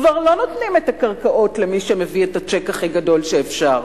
כבר לא נותנים את הקרקעות למי שמביא את הצ'ק הכי גדול שאפשר,